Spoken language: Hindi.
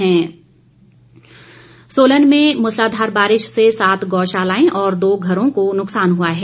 सोलन मौसम सोलन में मूसलाधार बारिश से सात गौशालाएं और दो घरों को नुक्सान हुआ है